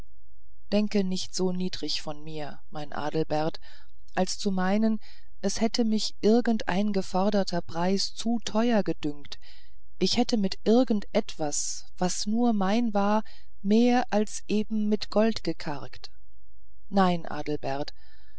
denke nicht so niedrig von mir mein adelbert als zu meinen es hätte mich irgend ein geforderter preis zu teuer gedünkt ich hätte mit irgend etwas was nur mein war mehr als eben mit gold gekargt nein adelbert